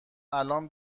الان